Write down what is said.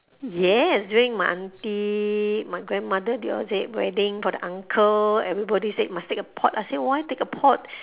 yes during my auntie my grandmother they all say wedding for the uncle everybody said must take a pot I say why take a pot